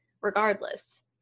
regardless